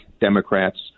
Democrats